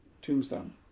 tombstone